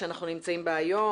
בתקופה שאנחנו נמצאים בה היום,